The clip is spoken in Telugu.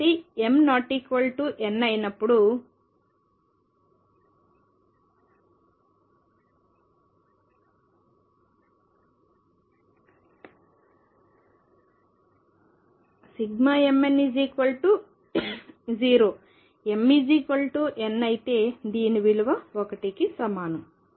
కాబట్టి m≠n అయినప్పుడు mn0 మరియు mn అయితే దీని విలువ 1కి సమానం